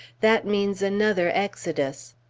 that means another exodus.